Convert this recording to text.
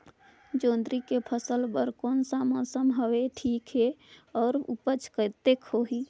जोंदरी के फसल बर कोन सा मौसम हवे ठीक हे अउर ऊपज कतेक होही?